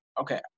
okay